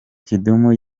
kidum